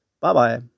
Bye-bye